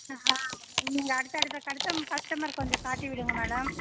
ஆ நீங்கள் அடுத்த அடுத்த கஸ்டமர் கொஞ்சம் காட்டி விடுங்கள் மேடம்